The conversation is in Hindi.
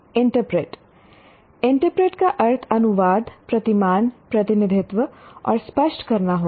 इंटरप्रेट इंटरप्रेट का अर्थ अनुवाद प्रतिमान प्रतिनिधित्व और स्पष्ट करना होगा